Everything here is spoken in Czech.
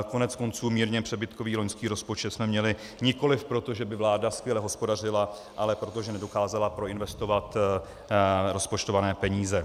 Koneckonců mírně přebytkový loňský rozpočet jsme měli nikoliv proto, že by vláda skvěle hospodařila, ale proto, že nedokázala proinvestovat rozpočtované peníze.